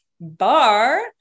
bar